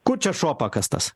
kur čia šuo pakastas